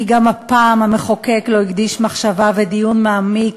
כי גם הפעם המחוקק לא הקדיש מחשבה ודיון מעמיק